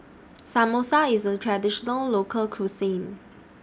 Samosa IS A Traditional Local Cuisine